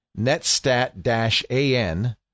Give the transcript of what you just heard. netstat-an